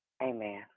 Amen